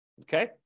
Okay